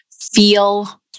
feel